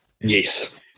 Yes